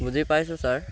বুজি পাইছোঁ ছাৰ